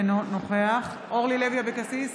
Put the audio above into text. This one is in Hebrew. אינו נוכח אורלי לוי אבקסיס,